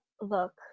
look